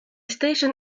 station